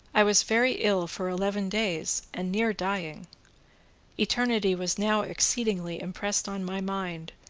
i was very ill for eleven days and near dying eternity was now exceedingly impressed on my mind,